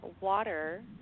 Water